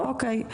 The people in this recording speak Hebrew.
יופי.